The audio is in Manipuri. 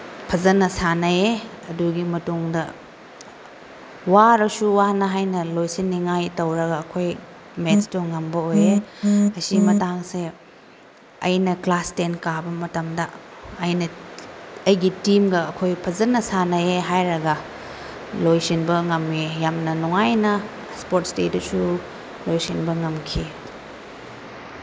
ꯐꯖꯅ ꯁꯥꯟꯅꯩꯌꯦ ꯑꯗꯨꯒꯤ ꯃꯇꯨꯡꯗ ꯋꯥꯔꯁꯨ ꯋꯥꯅ ꯍꯥꯏꯅ ꯂꯣꯏꯁꯤꯟꯅꯤꯉꯥꯏ ꯇꯧꯔꯒ ꯑꯩꯈꯣꯏ ꯃꯦꯠꯁꯇꯣ ꯉꯝꯕ ꯑꯣꯏꯌꯦ ꯑꯁꯤ ꯃꯇꯥꯡꯁꯦ ꯑꯩꯅ ꯀ꯭ꯂꯥꯁ ꯇꯦꯟ ꯀꯥꯕ ꯃꯇꯝꯗ ꯑꯩꯅ ꯑꯩꯒꯤ ꯇꯤꯝꯒ ꯑꯩꯈꯣꯏ ꯐꯖꯅ ꯁꯥꯟꯅꯩꯌꯦ ꯍꯥꯏꯔꯒ ꯂꯣꯏꯁꯤꯟꯕ ꯉꯝꯃꯦ ꯌꯥꯝꯅ ꯅꯨꯡꯉꯥꯏꯅ ꯏꯁꯄꯣꯔꯠꯁ ꯗꯦꯗꯨꯁꯨ ꯂꯣꯏꯁꯤꯟꯕ ꯉꯝꯈꯤ